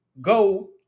go